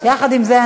יחד עם זה,